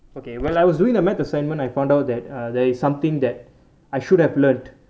okay when I was doing the math assignment I found out that there is something that I should have learnt